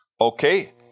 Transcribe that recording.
Okay